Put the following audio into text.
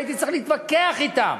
הייתי צריך להתווכח אתם.